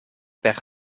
per